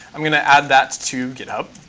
i'm going to add that to github.